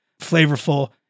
flavorful